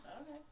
Okay